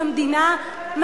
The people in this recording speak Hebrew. במדינה,